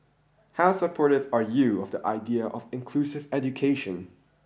how supportive are you of the idea of inclusive education